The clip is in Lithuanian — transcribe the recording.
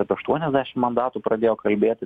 apie aštuoniasdešim mandatų pradėjo kalbėti